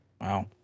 Wow